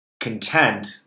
content